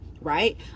right